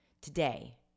today